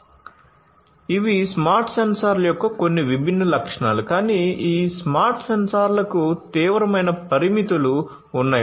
కాబట్టి ఇవి స్మార్ట్ సెన్సార్ల యొక్క కొన్ని విభిన్న లక్షణాలు కానీ ఈ స్మార్ట్ సెన్సార్లకు తీవ్రమైన పరిమితులు ఉన్నాయి